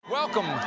welcome,